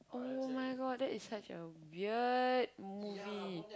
[oh]-my-god that is such a weird movie